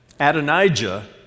Adonijah